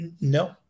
No